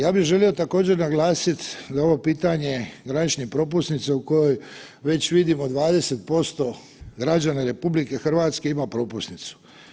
Ja bi želio također naglasit da ovo pitanje graničnih propusnica u kojoj već vidimo 20% građana RH ima propusnicu.